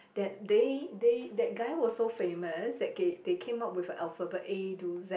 that they they that guy was so famous that they they came up with a alphabet A to Z